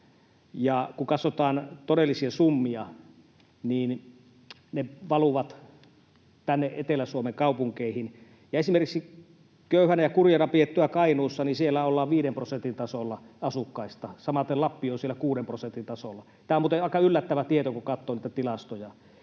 Kun katsotaan todellisia summia, ne valuvat tänne Etelä-Suomen kaupunkeihin, ja esimerkiksi köyhänä ja kurjana pidetyssä Kainuussa ollaan 5 prosentin tasolla asukkaista, samaten Lappi on siellä 6 prosentin tasolla. Tämä on muuten aika yllättävä tieto, kun katsoo noita tilastoja.